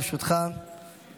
לרשותך שש דקות.